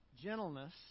gentleness